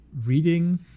reading